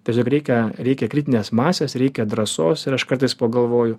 tiesiog reikia reikia kritinės masės reikia drąsos ir aš kartais pagalvoju